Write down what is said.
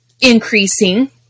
increasing